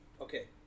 Okay